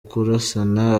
kurasana